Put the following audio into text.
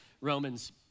Romans